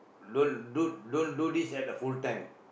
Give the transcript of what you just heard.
don't don't don't do this at a full time